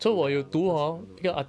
ya but 不要想这样多 ya